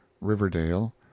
Riverdale